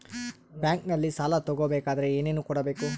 ಬ್ಯಾಂಕಲ್ಲಿ ಸಾಲ ತಗೋ ಬೇಕಾದರೆ ಏನೇನು ಕೊಡಬೇಕು?